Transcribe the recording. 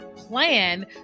Plan